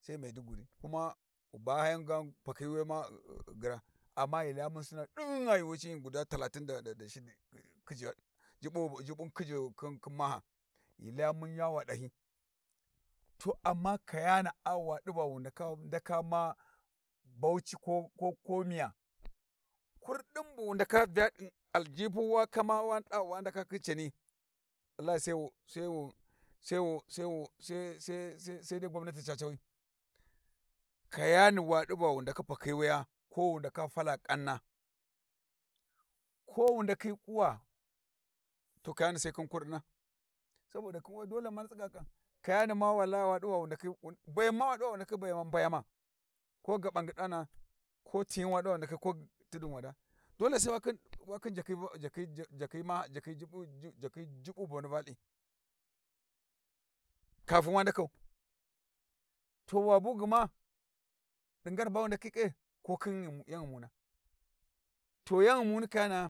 sai Maiduguri. Kuma ghi bayan gwan pakhiwuya ma ghi girra, amma ghi laya mun sinna din gha yuuwi cinni guda talatin da shid khijji Jubbun khijji khin maha ghi laya mun yawa dahyi. To amma kaya na –a waɗiva wu ndaka ndaka ma Bauchi ko ko miya kurdi bu wu ndaka vya ɗi aljipu wa kama wa ɗa wa ndaka khin cani wallahi sai wo sai wo sai wo sai sai sai dai gwamnati ca cawi. Kayani waɗi va wu ndaka pakhi wuya, Ko wu ndaka fala Kanna, ko wu ndakhi kuwa to kayani, Sai khim kurɗina, saboda khin we dole ma tsiga ƙan. Kayani ma wallahi wa waɗiva wu ndakhi wu Bayama ma waɗiva wu ndakhi Baima Ɓaima ko gabanga ɗana'a, ko Tiyyin waɗiva wu khin ko Tudun wada dole sai wa khin, wa khin jakhi va jakkhi ja jakki mah jakkhi juɓɓ jakkhi juɓɓun boni valthi kafin wa ndakau, to wa bu gmaɗi ngar bawu ndakhi ƙe ko khin 'yan ghumuna? To yan ghumuni kayana'a.